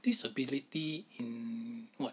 disability in what